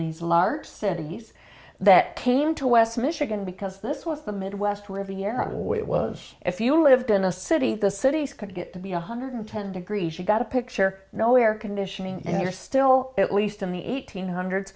these large cities that came to west michigan because this was the midwest riviera or it was if you lived in a city the cities could get to be one hundred ten degrees you got a picture no air conditioning and you're still at least in the eighteen hundreds